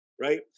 right